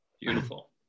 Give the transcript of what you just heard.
Beautiful